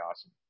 awesome